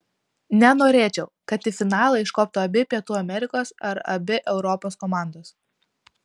nenorėčiau kad į finalą iškoptų abi pietų amerikos ar abi europos komandos